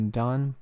done